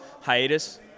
hiatus